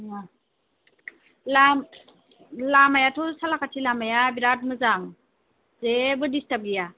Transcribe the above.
लामायाथ' सालाकाति लामाया बिराट मोजां जेबो दिस्ताब गैया